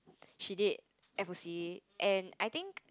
she did F_O_C and I think